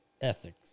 ethics